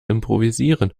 improvisieren